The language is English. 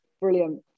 Brilliant